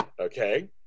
Okay